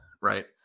right